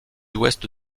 ouest